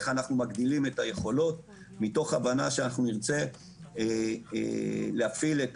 איך אנחנו מגדילים את היכולות מתוך הבנה שאנחנו נרצה להפעיל את